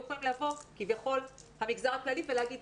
היה יכול כביכול לבוא המגזר הכללי ולומר,